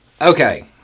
Okay